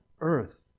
earth